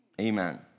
amen